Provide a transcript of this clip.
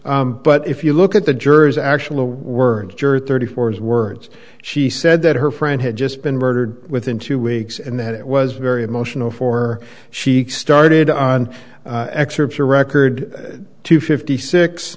but if you look at the jurors actual words juror thirty four his words she said that her friend had just been murdered within two weeks and that it was very emotional for she started on excerpts her record to fifty six